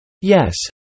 Yes